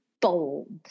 bold